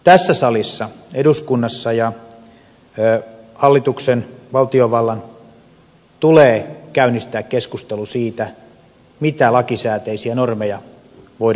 tässä salissa eduskunnassa hallituksen valtiovallan tulee käynnistää keskustelu siitä mitä lakisääteisiä normeja voidaan purkaa